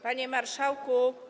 Panie Marszałku!